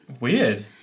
Weird